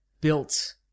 built